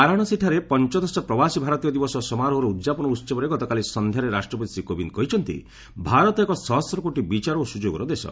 ବାରା ଣସୀଠାରେ ପଞ୍ଚଦଶ ପ୍ରବାସୀ ଭାରତୀୟ ଦିବସ ସମାରୋହର ଉଦ୍ଯାପନ ଉହବରେ ଗତକାଲି ସନ୍ଧ୍ୟାରେ ରାଷ୍ଟ୍ରପତି ଶ୍ରୀ କୋବିନ୍ଦ କହିଛନ୍ତି ଭାରତ ଏକ ସହସ୍ର କୋଟି ବିଚାର ଓ ସୁଯୋଗର ଦେଶ